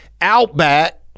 outback